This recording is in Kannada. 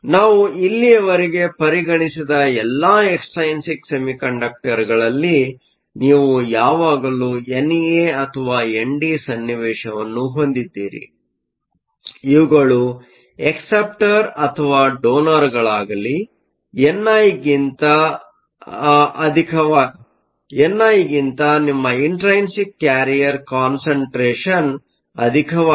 ನಾವು ಇಲ್ಲಿಯವರೆಗೆ ಪರಿಗಣಿಸಿದ ಎಲ್ಲಾ ಎಕ್ಸ್ಟ್ರೈನ್ಸಿಕ್ ಸೆಮಿಕಂಡಕ್ಟರ್ಗಳಲ್ಲಿ ನೀವು ಯಾವಾಗಲೂ ಎನ್ಎ ಅಥವಾ ಎನ್ಡಿ ಸನ್ನಿವೇಶವನ್ನು ಹೊಂದಿದ್ದೀರಿ ಇವುಗಳು ಅಕ್ಸೆಪ್ಟರ್Acceptor ಅಥವಾ ಡೊನರ್Donorಗಳಾಗಿರಲಿ ಎನ್ಐಗಿಂತ ನಿಮ್ಮ ಇಂಟ್ರೈನ್ಸಿಕ್ ಕ್ಯಾರಿಯರ್ ಕಾನ್ಸಂಟ್ರೇಷನ್ ಅಧಿಕವಾಗಿದೆ